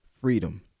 freedom